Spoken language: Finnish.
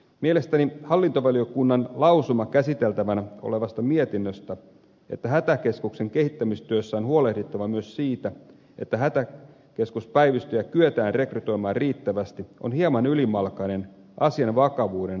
mielestäni hallintovaliokunnan lausuma käsiteltävänä olevassa mietinnössä että hätäkeskuksen kehittämistyössä on huolehdittava myös siitä että hätäkeskuspäivystäjiä kyetään rekrytoimaan riittävästi on hieman ylimalkainen asian vakavuuden huomioon ottaen